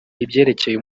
ibyerekeye